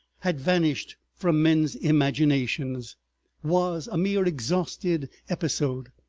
had vanished from men's imaginations was a mere exhausted episode.